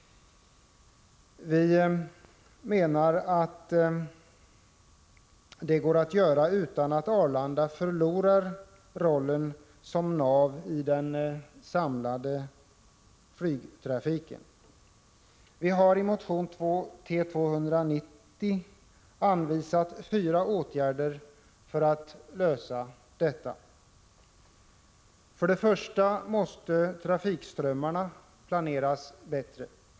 Vi menar att detta går att åstadkomma utan att Arlanda förlorar rollen som nav i den samlade flygtrafiken. Vi har i motion T290 anvisat fyra åtgärder för att uppnå detta. För det första måste trafikströmmarna planeras bättre.